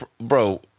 bro